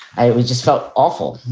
i just felt awful.